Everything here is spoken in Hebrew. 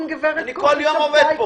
אני כל יום עובד פה.